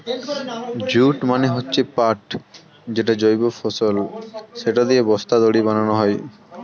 jute মানে হচ্ছে পাট যেটা জৈব ফসল, সেটা দিয়ে বস্তা, দড়ি বানানো হয়